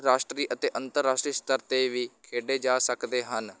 ਰਾਸ਼ਟਰੀ ਅਤੇ ਅੰਤਰਰਾਸ਼ਟਰੀ ਸਤਰ 'ਤੇ ਵੀ ਖੇਡੇ ਜਾ ਸਕਦੇ ਹਨ